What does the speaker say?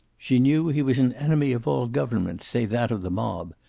she knew he was an enemy of all government, save that of the mob,